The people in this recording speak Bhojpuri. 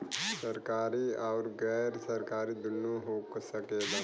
सरकारी आउर गैर सरकारी दुन्नो हो सकेला